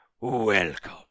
welcome